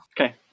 Okay